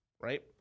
right